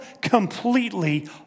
completely